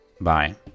bye